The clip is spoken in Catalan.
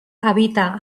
habita